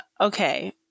Okay